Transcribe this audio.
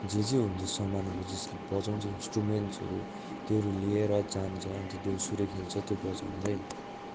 जे जे हुन्छ सामानहरू जसले बजाउँछ इस्ट्रुमेन्टहरू त्योहरू लिएर जान्छ अन्त देउसुरे खेल्छ त्यो बजाउँदै